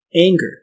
Anger